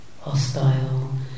hostile